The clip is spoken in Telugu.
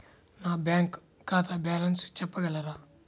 నా బ్యాంక్ ఖాతా బ్యాలెన్స్ చెప్పగలరా?